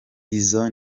izo